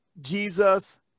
jesus